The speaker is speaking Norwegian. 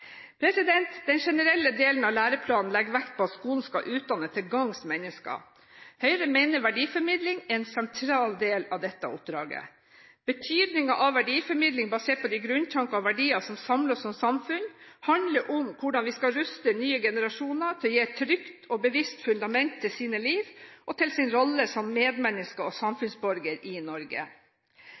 generelle delen av læreplanen legger vekt på at skolen skal utdanne til gangs mennesker. Høyre mener verdiformidling er en sentral del av dette oppdraget. Betydningen av verdiformidling basert på de grunntanker og verdier som samler oss som samfunn, handler om hvordan vi skal ruste nye generasjoner til å gi et trygt og bevisst fundament for sitt liv og for sin rolle som medmenneske og samfunnsborger i Norge.